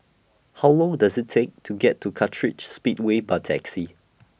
How Long Does IT Take to get to Kartright Speedway By Taxi